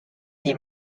see